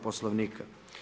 Poslovnika.